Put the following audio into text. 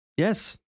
Yes